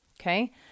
Okay